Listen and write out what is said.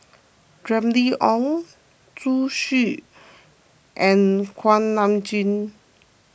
Remy Ong Zhu Xu and Kuak Nam Jin